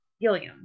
Gilliam